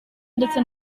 ndetse